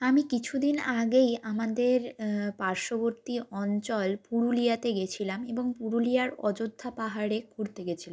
আমি কিছু দিন আগেই আমাদের পার্শ্ববর্তী অঞ্চল পুরুলিয়াতে গেছিলাম এবং পুরুলিয়ার অযোধ্যা পাহাড়ে ঘুরতে গেছিলাম